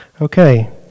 Okay